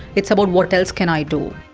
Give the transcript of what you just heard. it's about what else can i do?